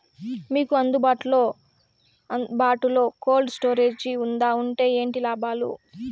మీకు అందుబాటులో బాటులో కోల్డ్ స్టోరేజ్ జే వుందా వుంటే ఏంటి లాభాలు?